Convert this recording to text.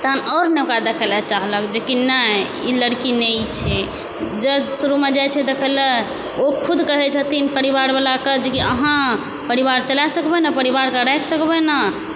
तहन आओर नहि ओकरा देखै लए चाहलक नहि ई लड़की नहि ई छै जँ शुरुमे जाइ छै देखऽ लए ओ खुद कहै छथिन परिवार वालाके अहाँ परिवार चला सकबै ने परिवारके राखि सकबै ने